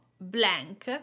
blank